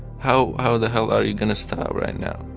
how how the hell are you going to stop right now?